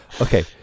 Okay